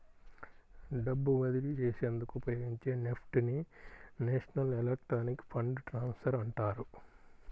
డబ్బు బదిలీ చేసేందుకు ఉపయోగించే నెఫ్ట్ ని నేషనల్ ఎలక్ట్రానిక్ ఫండ్ ట్రాన్స్ఫర్ అంటారు